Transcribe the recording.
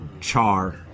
char